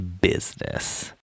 business